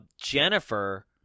Jennifer